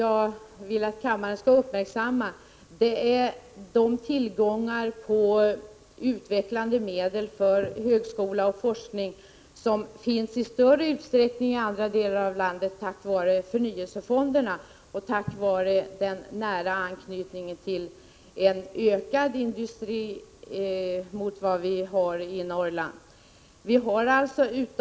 Jag vill göra kammaren uppmärksam på de tillgångar på utvecklande medel för högskola och forskning som tack vare förnyelsefonderna och den nära anknytningen till industrin finns i större utsträckning i andra delar av landet än i Norrland.